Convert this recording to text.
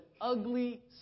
ugly